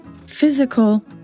physical